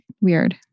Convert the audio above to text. weird